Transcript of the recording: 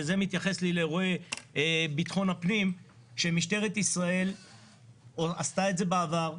וזה מתייחס לאירועי ביטחון הפנים שמשטרת ישראל עשתה את זה בעבר,